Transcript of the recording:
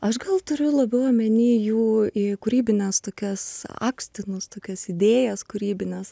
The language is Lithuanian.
aš gal turiu labiau omeny jų kūrybines tokias akstinus tokias idėjas kūrybines